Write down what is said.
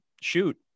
shoot